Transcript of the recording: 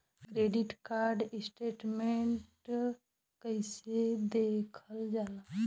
Credit card statement कइसे देखल जाला?